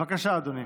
בבקשה, אדוני.